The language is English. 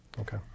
Okay